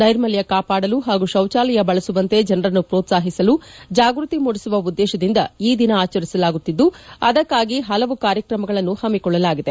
ನೈರ್ಮಲ್ಯ ಕಾಪಾಡಲು ಹಾಗೂ ಶೌಚಾಲಯ ಬಳಸುವಂತೆ ಜನರನ್ನು ಪ್ರೋತ್ಪಾಹಿಸಲು ಜಾಗ್ಬತಿ ಮೂದಿಸುವ ಉದ್ದೇಶದಿಂದ ಈ ದಿನವನ್ನು ಆಚರಿಸಲಾಗುತ್ತಿದ್ದು ಅದಕ್ಕಾಗಿ ಹಲವು ಕಾರ್ಯಕ್ರಮಗಳನ್ನು ಹಮ್ಮಿಕೊಳ್ಳಲಾಗಿದೆ